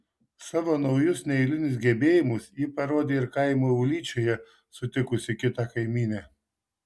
savo naujus neeilinius gebėjimus ji parodė ir kaimo ūlyčioje sutikusi kitą kaimynę